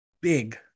big